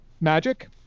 Magic